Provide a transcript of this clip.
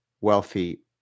wealthy